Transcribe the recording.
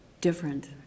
different